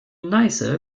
neiße